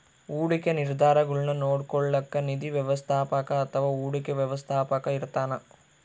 ಹೂಡಿಕೆ ನಿರ್ಧಾರಗುಳ್ನ ನೋಡ್ಕೋಳೋಕ್ಕ ನಿಧಿ ವ್ಯವಸ್ಥಾಪಕ ಅಥವಾ ಹೂಡಿಕೆ ವ್ಯವಸ್ಥಾಪಕ ಇರ್ತಾನ